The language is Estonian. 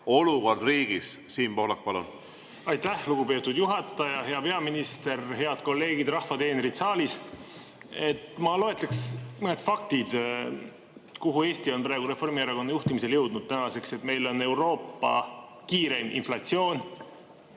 olukord riigis. Siim Pohlak, palun! Aitäh, lugupeetud juhataja! Hea peaminister! Head kolleegid, rahva teenrid saalis! Ma loetleks mõne fakti, kuhu Eesti on praegu Reformierakonna juhtimisel jõudnud. Meil on Euroopa kiireim inflatsioon